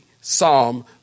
Psalm